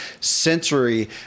sensory